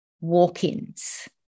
walk-ins